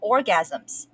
Orgasms 》